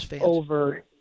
over